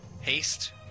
Haste